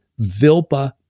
VILPA